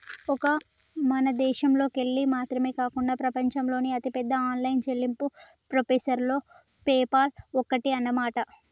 ఒక్క మన దేశంలోకెళ్ళి మాత్రమే కాకుండా ప్రపంచంలోని అతిపెద్ద ఆన్లైన్ చెల్లింపు ప్రాసెసర్లలో పేపాల్ ఒక్కటి అన్నమాట